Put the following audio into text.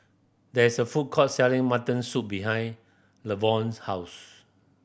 there is a food court selling mutton soup behind Levon's house